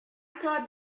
thought